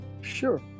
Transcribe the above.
Sure